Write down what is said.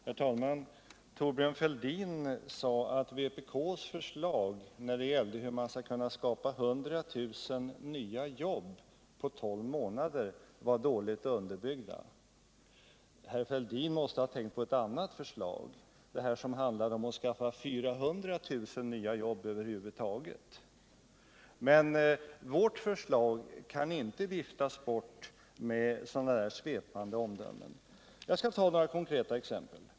Herr talman! Thorbjörn Fälldin sade att vpk:s förslag till hur man skall skapa 100 000 nya jobb på tolv månader var dåligt underbyggda. Thorbjörn Fälldin måste ha tänkt på ett annat förslag, det som handlade om att skaffa 400 000 nya jobb över huvud taget. Men våra förslag kan inte viftas bort med sådana där svepande omdömen. Jag skall ge några konkreta exempel.